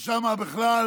ששם בכלל